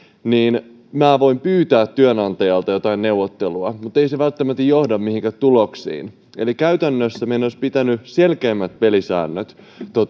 niin minä voin pyytää työnantajalta jotain neuvottelua mutta ei se välttämättä johda mihinkään tuloksiin eli käytännössä meidän olisi pitänyt selkeämmät pelisäännöt